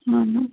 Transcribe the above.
हाँ हाँ